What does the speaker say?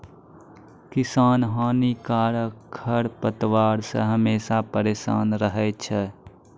किसान हानिकारक खरपतवार से हमेशा परेसान रहै छै